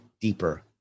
deeper